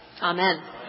Amen